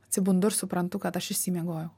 atsibundu ir suprantu kad aš išsimiegojau